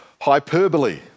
hyperbole